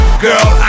Girl